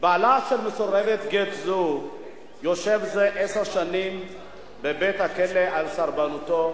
בעלה של מסורבת גט זו יושב זה עשר שנים בבית-הכלא על סרבנותו,